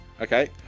okay